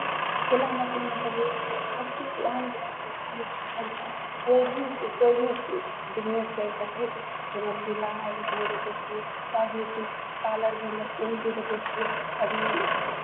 सिलाइ मशीनमे तऽ बहुत हर चीज एहन छै जे हर चीज कोइ भी चीज कोइ भी चीज बिजनेस करि सकै छै जेना सिलाइ होइ छै ओहिमे देखै छियै तब ब्यूटी पार्लर भेलै ओहो भी देखै छियै कभी